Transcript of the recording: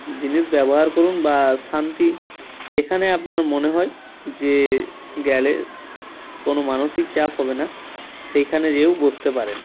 জিনিস ব্যবহার করুন বা শান্তি যেখানে আপনার মনে হয় যে গেলে কোনো মানসিক চাপ হবে না সেইখানে যেয়েও বসতে পারেন